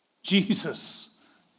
Jesus